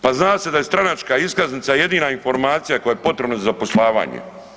Pa zna se da je stranačka iskaznica jedina informacija koja je potrebna za zapošljavanje.